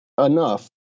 enough